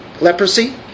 Leprosy